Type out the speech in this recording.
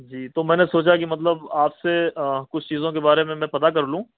جی تو میں نے سوچا کہ مطلب آپ سے کچھ چیزوں کے بارے میں میں پتہ کر لوں